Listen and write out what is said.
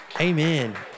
Amen